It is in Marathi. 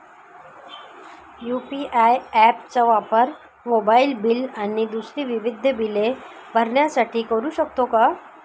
यू.पी.आय ॲप चा वापर मोबाईलबिल आणि दुसरी विविध बिले भरण्यासाठी करू शकतो का?